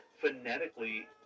phonetically